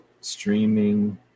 streaming